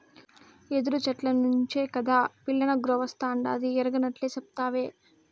యెదురు చెట్ల నుంచే కాదా పిల్లనగ్రోవస్తాండాది ఎరగనట్లే సెప్తావే